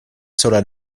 sola